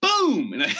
Boom